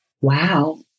Wow